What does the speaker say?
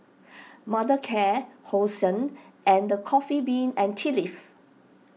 Mothercare Hosen and the Coffee Bean and Tea Leaf